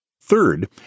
Third